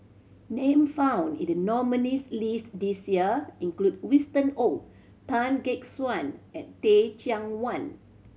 names found in the nominees' list this year include Winston Oh Tan Gek Suan and Teh Cheang Wan